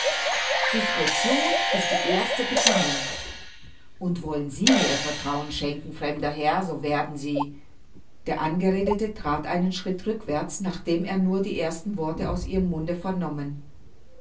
discretion ist die erste bedingung und wollen sie mir ihr vertrauen schenken fremder herr so werden sie der angeredete that einen schritt rückwärts nachdem er nur die ersten worte aus ihrem munde vernommen